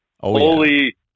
holy